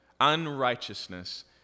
unrighteousness